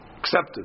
accepted